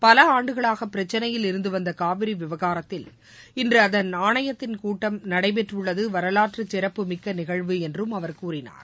பல ஆண்டுகளாக பிரச்சினையில் இருந்து வந்த காவிரி விவகாரத்தில் இன்று அதன் ஆணையத்தின் கூட்டம் நடைபெற்று உள்ளது வரலாற்று சிறப்பு மிக்க நிகழ்வு என்றும் அவர் கூறினார்